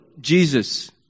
Jesus